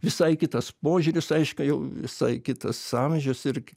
visai kitas požiūris aiškiai jau visai kitas amžius ir